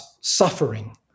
suffering